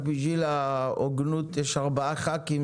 רק בשביל ההוגנות יש ארבעה חברי כנסת